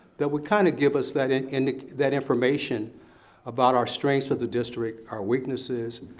that would kind of give us that and and that information about our strengths with the district, our weaknesses,